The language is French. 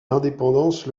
l’indépendance